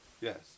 Yes